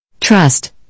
Trust